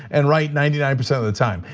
and right ninety nine percent of the time,